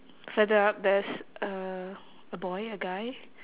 further up there's uh a boy a guy